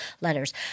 letters